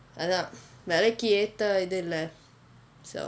அதான் விலைக்கு ஏற்று இது இல்லே:athaan vilaikku aetra ithu illae so